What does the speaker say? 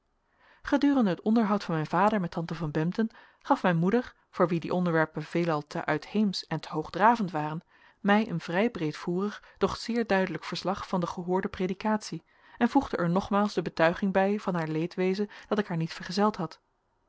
gedurende het onderhoud van mijn vader met tante van bempden gaf mijn moeder voor wie die onderwerpen veelal te uitheemsch en te hoogdravend waren mij een vrij breedvoerig doch zeer duidelijk verslag van de gehoorde predikatie en voegde er nogmaals de betuiging bij van haar leedwezen dat ik haar niet vergezeld had